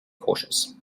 cautious